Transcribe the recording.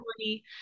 money